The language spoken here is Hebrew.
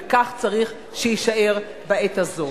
וכך צריך שיישאר בעת הזאת.